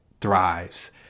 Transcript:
thrives